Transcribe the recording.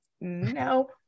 no